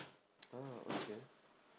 ah okay